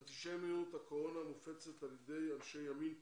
אנטישמיות הקורונה מופצת על ידי אנשי ימין קיצוני,